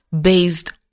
based